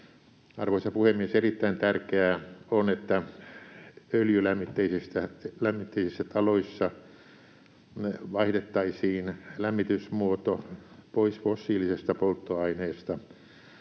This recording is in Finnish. Arvoisa puhemies! Erittäin tärkeää on, että öljylämmitteisissä taloissa vaihdettaisiin lämmitysmuoto pois fossiilisesta polttoaineesta.